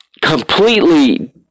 completely